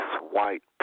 white